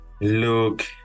look